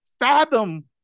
fathom